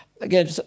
again